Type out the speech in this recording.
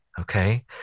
okay